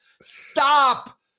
stop